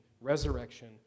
resurrection